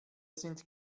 sind